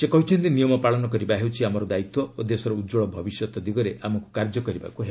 ସେ କହିଛନ୍ତି ନିୟମ ପାଳନ କରିବା ହେଉଛି ଆମର ଦାୟିତ୍ୱ ଓ ଦେଶର ଉତ୍କଳ ଭବିଷ୍ୟତ ଦିଗରେ ଆମକୁ କାର୍ଯ୍ୟ କରିବାକୁ ହେବ